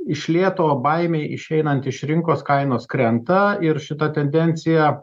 iš lėto baimei išeinant iš rinkos kainos krenta ir šita tendencija